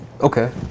Okay